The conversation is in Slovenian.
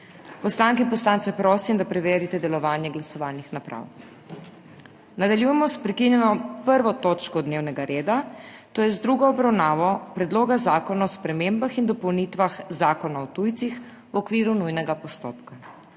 Poslanke in poslance prosim, da preverite delovanje glasovalnih naprav. Nadaljujemo s prekinjeno 1.rvo točko dnevnega reda, to je z drugo obravnavo predloga zakona o spremembah in dopolnitvah zakona o tujcih v okviru nujnega postopka.